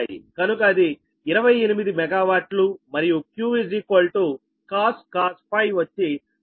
కనుక అది 28 MW మరియు Q cos ∅ వచ్చి 0